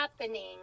happening